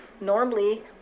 normally